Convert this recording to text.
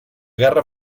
guerra